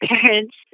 parents